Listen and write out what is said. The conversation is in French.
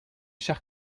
chers